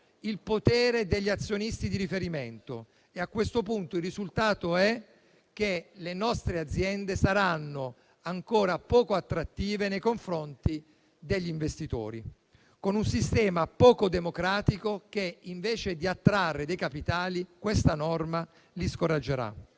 il potere degli azionisti di riferimento. A questo punto il risultato è che le nostre aziende saranno ancora poco attrattive nei confronti degli investitori, con un sistema poco democratico che, invece di attrarre dei capitali, li scoraggerà.